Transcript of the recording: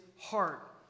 heart